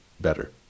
better